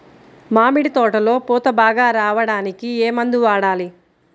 మామిడి తోటలో పూత బాగా రావడానికి ఏ మందు వాడాలి?